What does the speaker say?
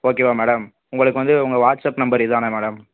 ஓகேவா மேடம் உங்களுக்கு வந்து உங்கள் வாட்ஸ்அப் நம்பர் இதானே மேடம்